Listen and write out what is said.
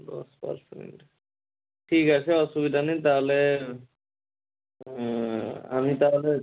দশ পার্সেন্ট ঠিক আছে অসুবিধা নেই তাহলে আমি তাহলে